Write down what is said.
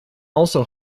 also